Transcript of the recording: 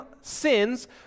sins